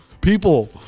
People